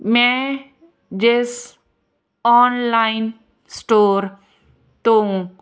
ਮੈਂ ਜਿਸ online store ਤੋਂ